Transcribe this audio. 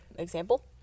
example